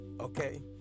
Okay